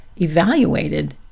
evaluated